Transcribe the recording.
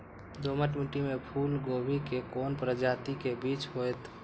दोमट मिट्टी में फूल गोभी के कोन प्रजाति के बीज होयत?